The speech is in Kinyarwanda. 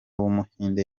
w’umuhinde